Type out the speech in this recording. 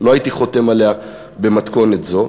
לא הייתי חותם עליה במתכונת זו,